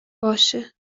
باشه